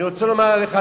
אני רוצה לומר לך,